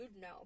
no